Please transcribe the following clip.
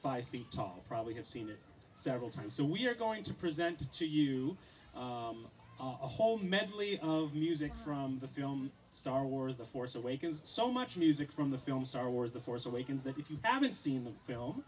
five feet tall probably have seen it several times so we're going to present to you a whole medley of music from the film star wars the force awakens so much music from the film star wars the force awakens that if you haven't seen the film